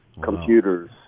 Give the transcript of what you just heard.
computers